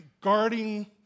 guarding